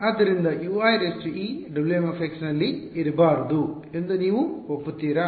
ಆದ್ದರಿಂದ Uie Wm ನಲ್ಲಿ ಇರಬಾರದು ಎಂದು ನೀವು ಒಪ್ಪುತ್ತೀರಾ